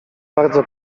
bardzo